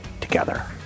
together